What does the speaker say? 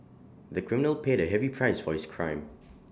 the criminal paid A heavy price for his crime